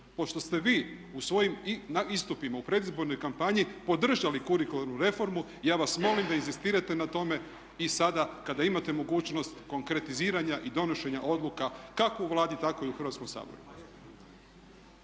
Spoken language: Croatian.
Pošto ste vi u svojim istupima u predizbornoj kampanji podržali kurikularnu reformu ja vas molim da inzistirate na tome i sada kada imate mogućnost konkretiziranja i donošenja odluka kako u Vladi tako i u Hrvatskom saboru.